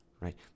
right